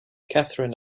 katherine